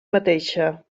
mateixa